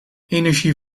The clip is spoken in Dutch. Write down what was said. energie